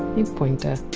you know pointer.